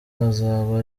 azaba